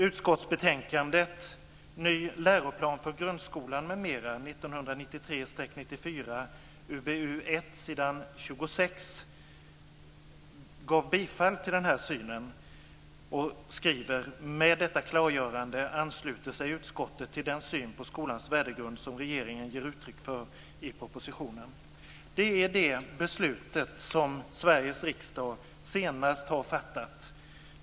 Utskottsbetänkandet Ny läroplan för grundskolan m.m., 1993/94 UbU1, s. 26, gav bifall till denna syn och skriver: "Med detta klargörande ansluter sig utskottet till den syn på skolans värdegrund som regeringen ger uttryck för i propositionen." Det är detta beslut som Sveriges riksdag senast har fattat.